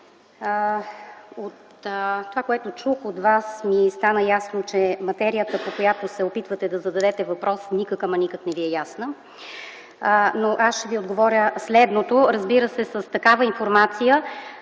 от това, което чух от Вас ми стана ясно, че материята, по която се опитвате да зададете въпрос никак, ама никак не Ви е ясна, но аз ще Ви отговоря следното, разбира се, с такава информация,